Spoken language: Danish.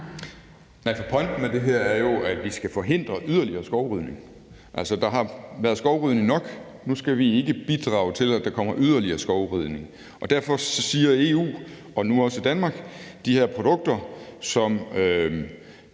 (LA): Pointen med det her er jo, at vi skal forhindre yderligere skovrydning. Altså, der har været skovrydning nok. Nu skal vi ikke bidrage til, at der kommer yderligere skovrydning. Derfor siger EU og nu også Danmark, at de her produkter, som